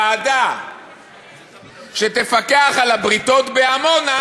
ועדה שתפקח על הבריתות בעמונה,